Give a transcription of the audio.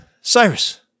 Cyrus